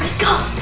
go